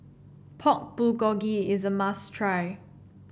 Pork Bulgogi is a must try